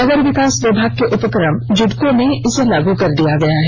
नगर विकास विभाग के उपक्रम जुडको में इसे लाग कर दिया गया है